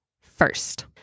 first